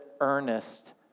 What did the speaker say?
earnest